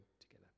together